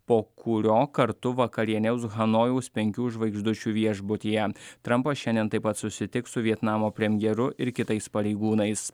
po kurio kartu vakarieniaus hanojaus penkių žvaigždučių viešbutyje trampas šiandien taip pat susitiks su vietnamo premjeru ir kitais pareigūnais